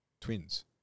twins